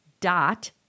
dot